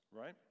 right